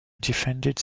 defended